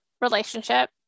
relationship